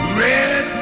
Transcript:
red